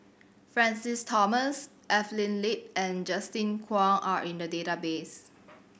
Francis Thomas Evelyn Lip and Justin Zhuang are in the database